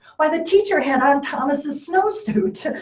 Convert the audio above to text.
why the teacher had on thomas's snowsuit.